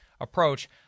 approach